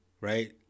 right